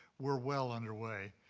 were well underway.